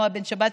נעה בן שבת,